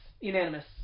Unanimous